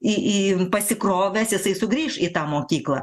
į į pasikrovęs jisai sugrįš į tą mokyklą